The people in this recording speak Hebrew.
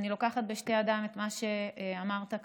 אני לוקחת בשתי ידיים את מה שאמרת כאן.